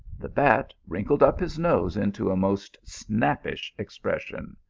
the bat wrinkled up his nose into a most snappish expression.